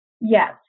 Yes